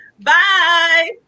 Bye